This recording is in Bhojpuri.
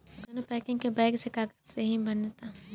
कइसानो पैकिंग के बैग कागजे से ही बनता